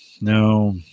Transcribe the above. No